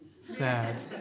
sad